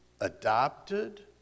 adopted